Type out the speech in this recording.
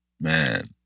Man